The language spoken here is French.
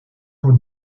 pour